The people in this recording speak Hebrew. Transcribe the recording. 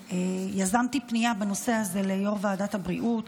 יזמתי פנייה בנושא הזה ליו"ר ועדת הבריאות,